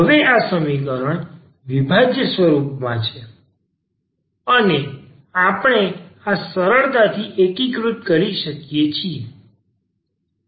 હવે આ સમીકરણ વિભાજ્ય સ્વરૂપમાં છે અને આપણે આ સરળતાથી એકીકૃત કરી શકીએ છીએ